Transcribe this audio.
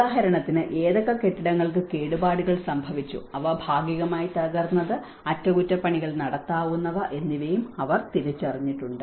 ഉദാഹരണത്തിന് ഏതൊക്കെ കെട്ടിടങ്ങൾക്ക് കേടുപാടുകൾ സംഭവിച്ചു അവ ഭാഗികമായി തകർന്നത് അറ്റകുറ്റപ്പണികൾ നടത്താവുന്നവ എന്നിവയും അവർ തിരിച്ചറിഞ്ഞിട്ടുണ്ട്